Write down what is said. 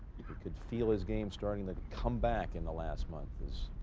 could feel his game, starting. the comeback in the last month is